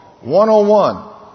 one-on-one